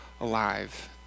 alive